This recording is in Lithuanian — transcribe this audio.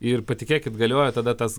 ir patikėkit galiojo tada tas